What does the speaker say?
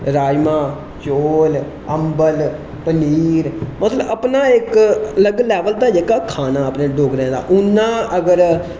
राजमां चोल अम्बल पनीर मतलब अपना इक अलग लेबल दा जेह्का खाना अपने डोगरे दा हून ना अगर